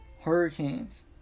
hurricanes